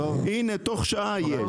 ותוך שעה יהיה.